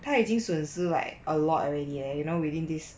他已经损失 like a lot already leh you know within this